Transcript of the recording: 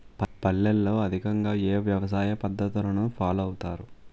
పల్లెల్లో అధికంగా ఏ వ్యవసాయ పద్ధతులను ఫాలో అవతారు?